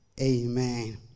Amen